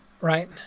right